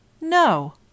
No